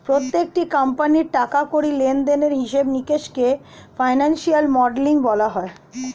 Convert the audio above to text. প্রত্যেকটি কোম্পানির টাকা কড়ি লেনদেনের হিসাব নিকাশকে ফিনান্সিয়াল মডেলিং বলা হয়